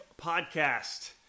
Podcast